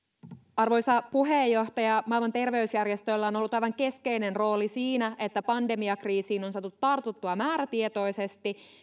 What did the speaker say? arvoisa puheenjohtaja maailman terveysjärjestöllä on ollut aivan keskeinen rooli siinä että pandemiakriisiin on saatu tartuttua määrätietoisesti